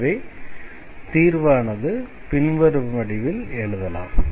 எனவே தீர்வை பின்வரும் வடிவில் எழுதலாம்